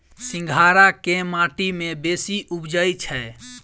सिंघाड़ा केँ माटि मे बेसी उबजई छै?